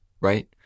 Right